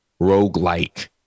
roguelike